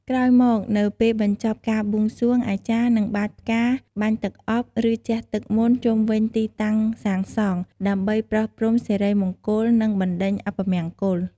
ក្រោយមកនៅពេលបញ្ចប់ការបួងសួង អាចារ្យនឹងបាចផ្កា បាញ់ទឹកអប់ ឬជះទឹកមន្តជុំវិញទីតាំងសាងសង់ ដើម្បីប្រោសព្រំសិរីមង្គល និងបណ្ដេញអពមង្គល។